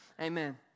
Amen